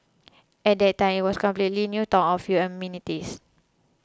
at that time it was a completely new town of a few amenities